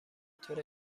طور